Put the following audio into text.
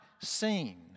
seen